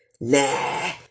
nah